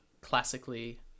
classically